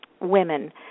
women